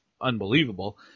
unbelievable